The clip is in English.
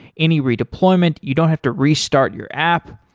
any redeployment, you don't have to restart your app.